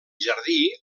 jardí